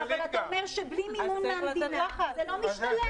אבל אם אתם אומרים שבלי מימון מהמדינה זה לא משתלם,